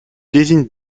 désigne